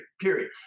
period